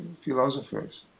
philosophers